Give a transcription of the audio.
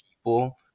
people